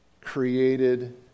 created